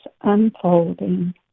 unfolding